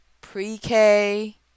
pre-K